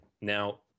Now